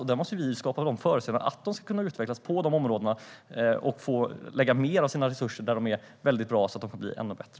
Vi måste skapa förutsättningar för dem så att de ska kunna utvecklas på de områdena och få lägga mer av sina resurser där de är väldigt bra så att de får bli ännu bättre.